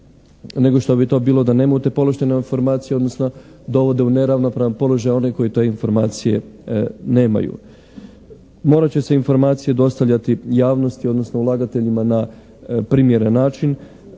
nego što bi to bilo da nemaju te povlaštene informacije odnosno dovode u neravnopravan položaj one koji te informacije nemaju. Morat će se informacije dostavljati javnosti odnosno ulagateljima na primjeren način.